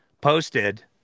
posted